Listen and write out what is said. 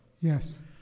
Yes